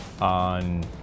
on